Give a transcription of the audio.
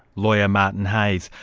lawyer, martin heyes.